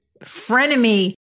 frenemy